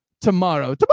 tomorrow